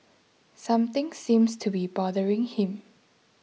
something seems to be bothering him